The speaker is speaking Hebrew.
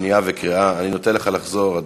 שנייה וקריאה שלישית.